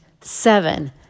seven